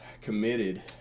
committed